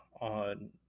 on